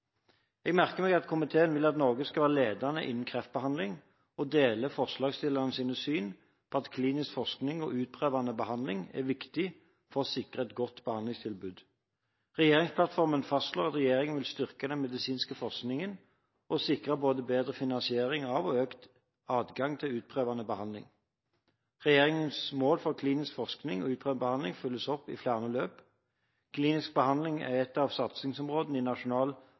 Jeg merker meg at komiteen vil at Norge skal være ledende innen kreftbehandling, og deler forslagsstillernes syn, at klinisk forskning og utprøvende behandling er viktig for å sikre et godt behandlingstilbud. Regjeringsplattformen fastslår at regjeringen vil styrke den medisinske forskningen og sikre både bedre finansiering av og økt adgang til utprøvende behandling. Regjeringens mål for klinisk forskning og utprøvende behandling følges opp i flere løp. Klinisk behandling er et av satsingsområdene i Nasjonal